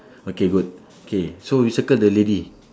okay good K so we circle the lady